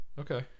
Okay